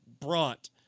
brought